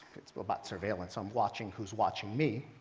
it's but about surveillance. i'm watching who's watching me.